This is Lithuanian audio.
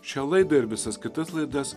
šią laidą ir visas kitas laidas